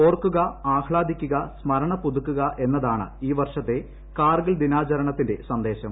ഓർക്കുക ആഹ്ലാദിക്കുക സ്മരണ പുതുക്കുക എന്നതാണ് ഈ വർഷത്തെ കാർഗിൽ ദിനാചരണത്തിന്റെ സന്ദേശം